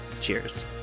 Cheers